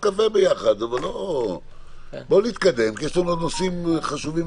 בואו נתקדם כי אנחנו צריכים לחזור לנושאים חשובים.